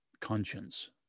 conscience